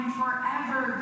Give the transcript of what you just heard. forever